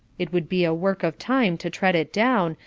it would be a work of time to tread it down,